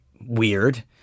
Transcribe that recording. weird